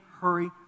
hurry